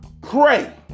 pray